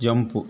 jump